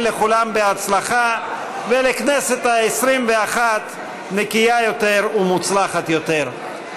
לכולם בהצלחה וכנסת עשרים ואחת נקייה יותר ומוצלחת יותר.